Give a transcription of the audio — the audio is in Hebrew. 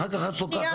אחר כך את לוקחת.